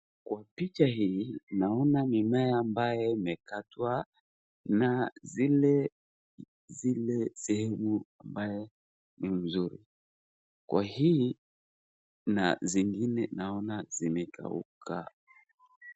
Kwa picha hii naona mimea ambayo imekatwa na zile sehemu ambaye ni mzuri Kwa hii na zingine naona zimekauka.